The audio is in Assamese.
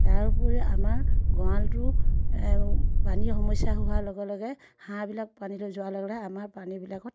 তাৰ উপৰি আমাৰ গঁৰালটো পানী সমস্যা হোৱাৰ লগে লগে হাঁহবিলাক পানীলৈ যোৱাৰ লগে লগে আমাৰ পানীবিলাকত